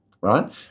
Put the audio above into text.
right